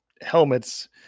helmets